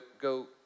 go